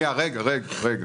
רגע, רגע.